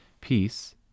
peace